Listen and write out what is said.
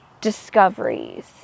discoveries